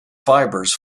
fibers